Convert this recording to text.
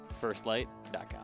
Firstlight.com